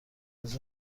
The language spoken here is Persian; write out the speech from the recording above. روز